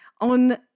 On